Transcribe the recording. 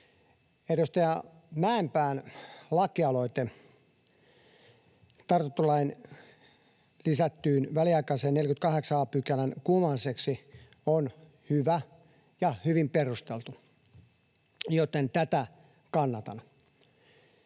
Edustaja Mäenpään lakialoite tartuntatautilakiin lisätyn väliaikaisen 48 a §:n kumoamiseksi on hyvä ja hyvin perusteltu, joten tätä kannatan.